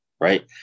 Right